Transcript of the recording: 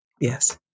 Yes